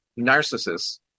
narcissists